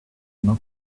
not